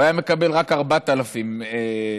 הוא היה מקבל רק 4,000 שקלים.